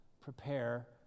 prepare